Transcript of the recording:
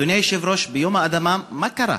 אדוני היושב-ראש, ביום האדמה, מה קרה?